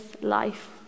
life